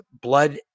blood